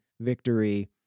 victory